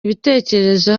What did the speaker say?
ibitekerezo